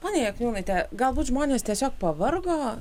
ponia jakniūnaite galbūt žmonės tiesiog pavargo